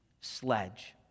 sledge